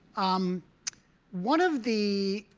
um one of the